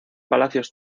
palacios